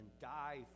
die